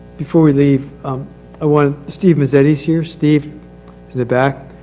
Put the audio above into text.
before we leave i want steve is eddie's here? steve to the back.